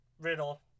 riddle